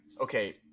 okay